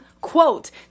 quote